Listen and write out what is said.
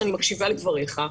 ואני מקשיבה לדבריך,